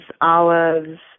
olives